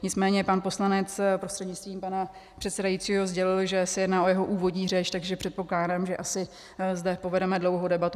Nicméně pan poslanec, prostřednictvím pana předsedajícího, sdělil, že se jedná o jeho úvodní řeč, takže předpokládám, že asi zde povedeme dlouhou debatu.